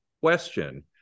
question